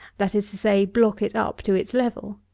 that is to say, block it up to its level.